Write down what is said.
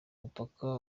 mupaka